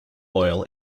oil